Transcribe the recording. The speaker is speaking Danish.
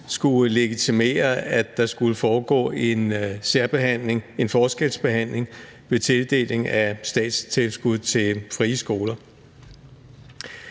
skulle legitimere, at der skulle foregå en særbehandling, en forskelsbehandling ved tildeling af statstilskud til friskoler.